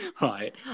right